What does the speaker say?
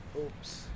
Oops